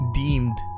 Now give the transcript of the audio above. deemed